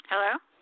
Hello